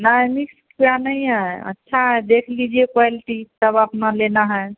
नहीं मिक्स यहाँ नहीं है अच्छा है देख लीजिए क्वालिटी तब अपना लेना है